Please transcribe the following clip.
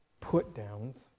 put-downs